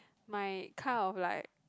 my kind of like